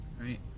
right